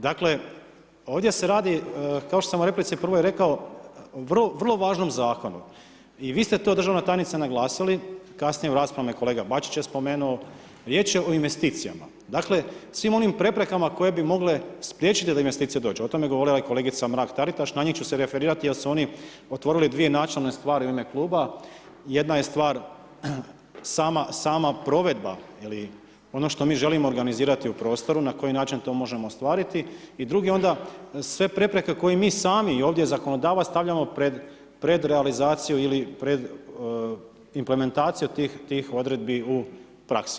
Dakle, ovdje se radi kao što sam u replici prvoj rekao, o vrlo važnom zakonu i vi ste to državna tajnice, naglasili, kasnije u raspravama i kolega Bačić je spomenuo, riječ je o investicijama, dakle svim onim preprekama koje bi mogle spriječiti da investicije dođu, o tome je govorila i kolegica Mrak-Taritaš, na njih ću se referirati jer su oni otvorili dvije načelne stvari u ime kluba, jedna je stvar sama provedba ili ono što mi želimo organizirati u prostoru, na koji način to možemo ostvariti i drugo je onda sve prepreke koje mi sami i ovdje zakonodavac, stavljamo pred realizaciju ili pred implementaciju tih odredbi u praksi.